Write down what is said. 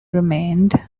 remained